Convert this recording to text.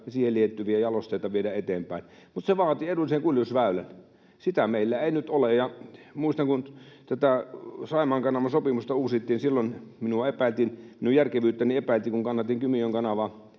ja siihen liittyviä jalosteita vaatii edullisen kuljetusväylän. Sitä meillä ei nyt ole. Muistan, että kun tätä Saimaan kanavan sopimusta uusittiin, silloin minun järkevyyttäni epäiltiin, kun kannatin Kymijoen kanavaa.